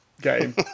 game